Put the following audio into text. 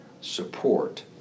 support